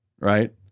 right